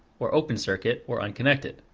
or open circuit, or unconnected.